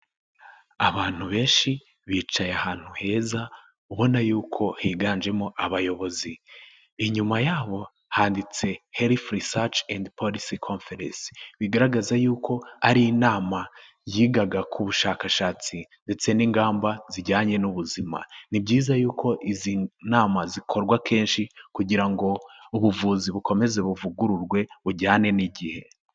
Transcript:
Abantu benshi bicaye ahantu heza ubona yuko higanjemo abayobozi inyuma bo handitse herifu andi polisi copferensi . Bigaragaza yuko ari inama yigaga ku bushakashatsi ndetse n'ingamba zijyanye n'ubuzima. Ni byiza yuko izi nama zikorwa kenshi kugira ngo ubuvuzi bukomeze buvugururwe bujyane n'igihe